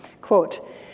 Quote